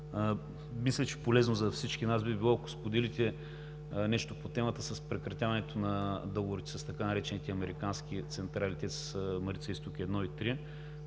Мисля, че полезно за всички нас би било, ако споделите нещо по темата с прекратяването на договорите с така наречените „американски централи“ ТЕЦ „Марица-изток 1“ и